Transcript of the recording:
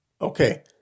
Okay